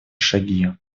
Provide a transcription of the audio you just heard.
шаги